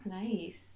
nice